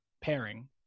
pairing